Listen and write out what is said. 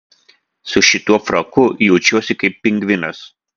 su šituo fraku jaučiuosi kaip pingvinas